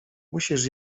musisz